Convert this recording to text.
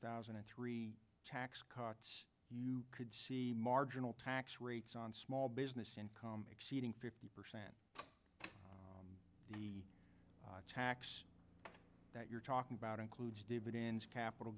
thousand and three tax cuts you could see marginal tax rates on small business income exceeding fifty percent the tax that you're talking about includes dividends capital